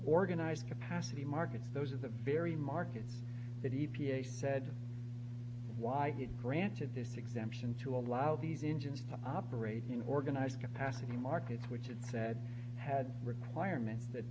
organized capacity markets those are the very markets that e p a said why it granted this exemption to allow these engines to operate in organized capacity markets which it said had requirement that